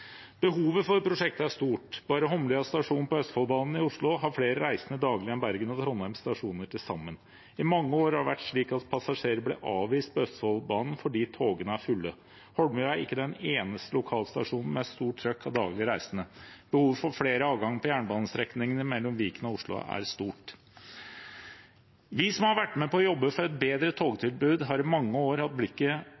Behovet for prosjektet er stort. Bare Holmlia stasjon på Østfoldbanen i Oslo har flere reisende daglig enn Bergen og Trondheim stasjoner til sammen. I mange år har det vært slik at passasjerer blir avvist på Østfoldbanen fordi togene er fulle. Holmlia er ikke den eneste lokalstasjonen med stort trøkk av daglige reisende. Behovet for flere avganger på jernbanestrekningene mellom Viken og Oslo er stort. Vi som har vært med på å jobbe for et bedre